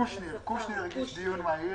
חבר הכנסת קושניר הגיש דיון מהיר.